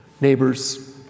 neighbors